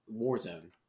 Warzone